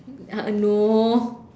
uh no